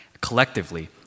collectively